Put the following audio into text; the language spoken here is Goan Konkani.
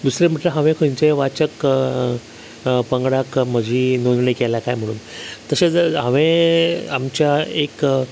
दुसरें म्हटल्या हांवें खंयचेंय वाचक पंगडाक म्हजी नोंदणी केल्या काय म्हूण तशेंच जर हांवें आमच्या एक